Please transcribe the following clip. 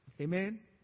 Amen